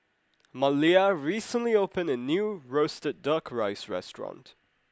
Maleah recently opened a new roasted duck rice restaurant